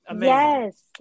Yes